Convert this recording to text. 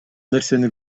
нерсени